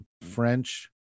French